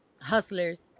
hustlers